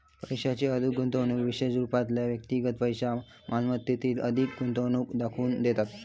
पैशाची अधिक गुंतवणूक विशेष रूपातले व्यक्तिगत पैशै मालमत्तेतील अधिक गुंतवणूक दाखवून देतत